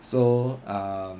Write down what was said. so um